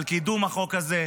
על קידום החוק הזה,